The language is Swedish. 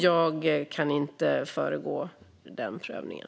Jag kan inte föregripa den prövningen.